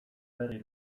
berri